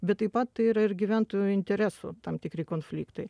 bet taip pat ir ir gyventojų interesų tam tikri konfliktai